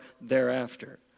thereafter